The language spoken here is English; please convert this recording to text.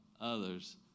others